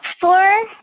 four